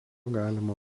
galima